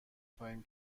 خواهیم